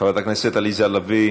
חברת הכנסת עליזה לביא,